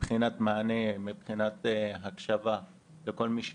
מבחינת מענה ומבחינת הקשבה לכל מי שפונה.